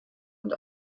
und